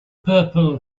purple